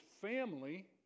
family